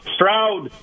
Stroud